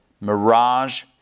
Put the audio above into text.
Mirage